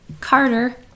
Carter